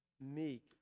meek